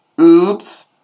Oops